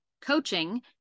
coaching